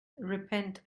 repent